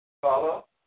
Follow